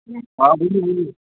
آ ؤنو ؤنِو